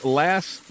last